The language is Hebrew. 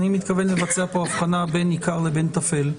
אני מתכוון לבצע הבחנה בין עיקר לבין טפל.